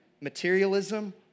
materialism